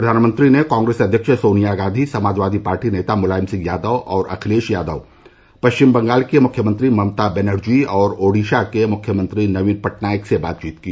प्रधानमंत्री ने कांग्रेस अध्यक्ष सोनिया गांधी समाजवादी पार्टी नेता मुलायम सिंह यादव और अखिलेश यादव पश्चिम बंगाल की मुख्यमंत्री ममता बनर्जी और ओडिशा के मुख्यमंत्री नवीन पटनायक से बातचीत की